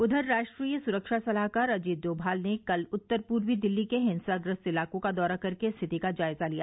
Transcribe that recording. उधर राष्ट्रीय सुरक्षा सलाहकार अजित डोभाल ने कल उत्तर पूर्वी दिल्ली के हिंसाग्रस्त इलाकों का दौरा कर के स्थिति का जायजा लिया